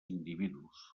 individus